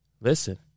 listen